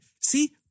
See